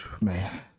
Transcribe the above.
man